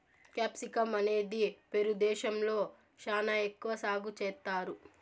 capsicum అనేది Peru దేశంలో శ్యానా ఎక్కువ సాగు చేత్తారు